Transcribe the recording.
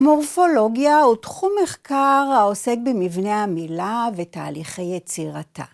מורפולוגיה הוא תחום מחקר העוסק במבנה המילה ותהליכי יצירתה.